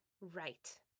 right